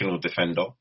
defender